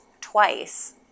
twice